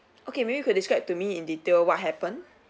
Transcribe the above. okay maybe you could describe to me in detail what happened